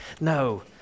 No